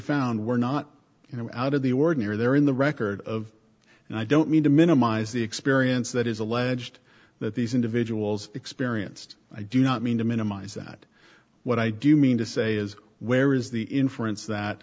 found were not you know out of the ordinary they're in the record of and i don't mean to minimize the experience that is alleged that these individuals experienced i do not mean to minimize that what i do mean to say is where is the inference that